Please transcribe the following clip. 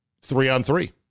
three-on-three